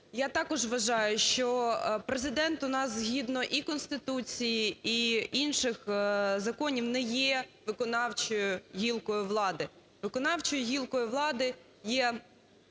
я також вважаю, що Президент у нас згідно і Конституції, і інших законів не є виконавчою гілкою влади. Виконавчою гілкою влади є